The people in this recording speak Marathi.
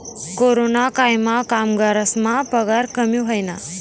कोरोनाना कायमा कामगरस्ना पगार कमी व्हयना